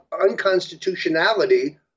unconstitutionality